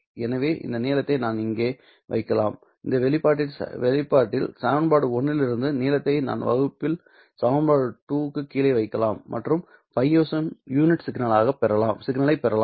எனவே இந்த நீளத்தை நான் இங்கே வைக்கலாம் இந்த வெளிப்பாட்டில் சமன்பாடு 1 இலிருந்து நீளத்தை நான் வகுப்பில் சமன்பாடு 2 க்கு கீழே வைக்கலாம் மற்றும் ϕS1 யூனிட் சிக்னலைப் பெறலாம்